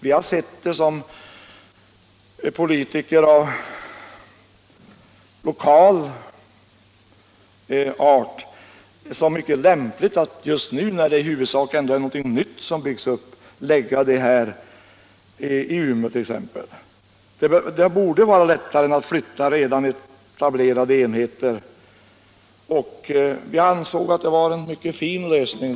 Vi har sett det som mycket lämpligt att just nu, när något nytt skall byggas upp, förlägga det till exempelvis Umeå — det borde vara lättare än att flytta redan etablerade enheter. Vi ansåg att detta var en fin lösning.